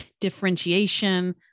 differentiation